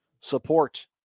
support